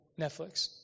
Netflix